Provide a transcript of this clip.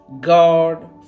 God